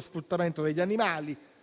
sfruttamento degli animali.